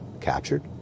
captured